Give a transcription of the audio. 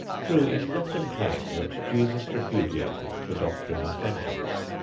true it is often claimed that jesus repudiated the doctrine of vengeance.